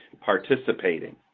participating